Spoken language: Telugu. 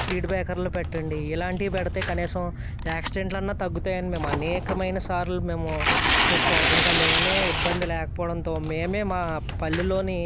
స్పీడ్ బ్రేకర్లు పెట్టండి ఇలాంటివి పెడితే కనీసం యాక్సిడెంట్లు అన్నా తగ్గుతాయని మేము అనేకమైన సార్లు మేము చెప్పాం ఇంక మేమే ఇబ్బంది లేకపోవడంతో మేమే మా పల్లెల్లోని